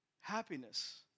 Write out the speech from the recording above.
happiness